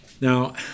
Now